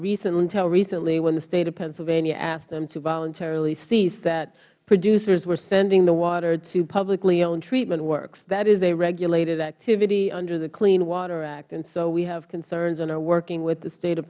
until recently when the state of pennsylvania asked them to voluntary cease that producers were sending the water to publiclyowned treatment works that is a regulated activity under the clean water act and so we have concerns and are working with the state of